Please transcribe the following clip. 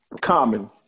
common